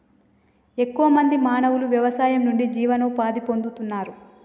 ఎక్కువ మంది మానవులు వ్యవసాయం నుండి జీవనోపాధి పొందుతున్నారు